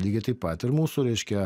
lygiai taip pat ir mūsų reiškia